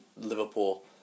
Liverpool